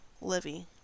Livy